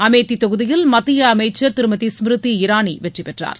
அமேதி தொகுதியில் மத்திய அமைச்சர் திருமதி ஸ்மிருதி இராணி வெற்றி பெற்றார்